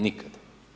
Nikad.